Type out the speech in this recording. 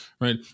right